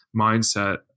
mindset